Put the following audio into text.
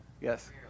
Yes